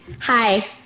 Hi